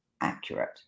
accurate